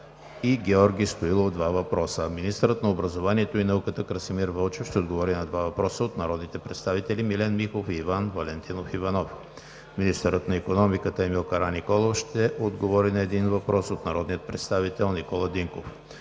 и Георги Стоилов – два въпроса. 5. Министърът на образованието и науката Красимир Вълчев ще отговори на два въпроса от народните представители Милен Михов и Иван Валентинов Иванов. 6. Министърът на икономиката Емил Караниколов ще отговори на един въпрос от народния представител Никола Динков.